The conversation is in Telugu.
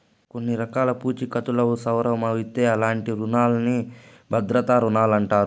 కొన్ని రకాల పూఛీకత్తులవుసరమవుతే అలాంటి రునాల్ని భద్రతా రుణాలంటారు